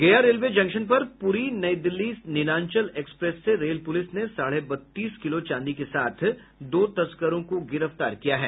गया railway junction पर Puri Nai Delhi Neelanchal express से रेल पुलिस ने साढ़े बत्तीस किलो चांदी के साथ दो तस्करों को गिरफ्तार किया है